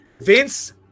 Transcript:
vince